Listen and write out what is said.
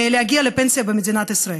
להגיע לפנסיה במדינת ישראל.